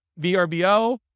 VRBO